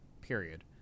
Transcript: period